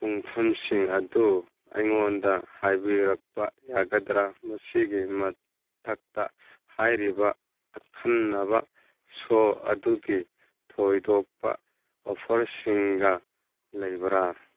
ꯄꯨꯡꯐꯝꯁꯤꯡ ꯑꯗꯨ ꯑꯩꯉꯣꯟꯗ ꯍꯥꯏꯕꯤꯔꯛꯄ ꯌꯥꯒꯗ꯭ꯔ ꯃꯁꯤꯒꯤ ꯃꯊꯛꯇ ꯍꯥꯏꯔꯤꯕ ꯑꯈꯟꯅꯕ ꯁꯣ ꯑꯗꯨꯒꯤ ꯊꯣꯏꯗꯣꯛꯄ ꯑꯣꯐꯔꯁꯤꯡꯒ ꯂꯩꯕ꯭ꯔ